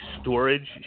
storage